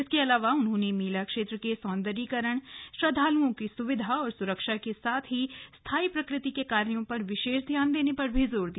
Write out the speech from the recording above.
इसके अलावा उन्होंने मेला क्षेत्र के सौन्दर्यीकरण श्रद्वालुओं की सुविधा और सुरक्षा के साथ ही स्थायी प्रकृति के कार्या पर विशेष ध्यान देने पर जोर दिया